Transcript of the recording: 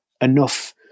enough